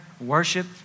worship